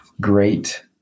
Great